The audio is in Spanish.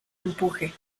empuje